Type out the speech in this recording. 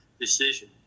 decision